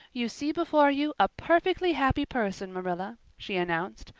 you see before you a perfectly happy person, marilla, she announced.